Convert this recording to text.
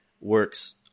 works